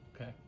Okay